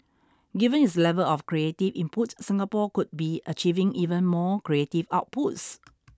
given its level of creative input Singapore could be achieving even more creative outputs